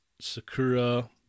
Sakura